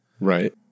Right